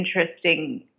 interesting